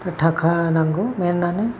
दा थाखा नांगौ मैनआनो